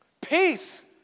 Peace